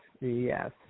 yes